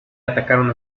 atacaron